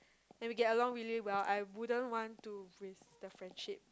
and we get along really well I wouldn't want to risk the friendship